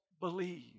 believe